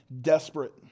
desperate